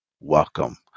welcome